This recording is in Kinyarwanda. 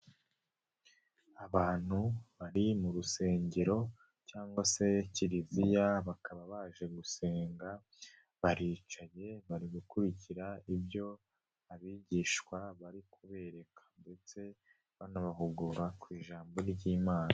Abantu bari mu rusengero cyangwa se kiliziya bakaba baje gusenga baricaye bari gukurikira ibyo abigishwa bari kubereka. Ndetse banabahugura ku ijambo ry'Imana.